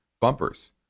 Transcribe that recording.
bumpers